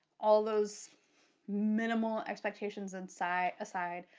all those minimal expectations inside aside,